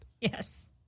Yes